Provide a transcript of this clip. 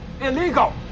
Illegal